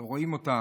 אותה.